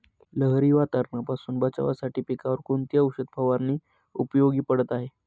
लहरी वातावरणापासून बचावासाठी पिकांवर कोणती औषध फवारणी उपयोगी पडत आहे?